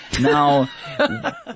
Now